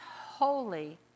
holy